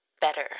better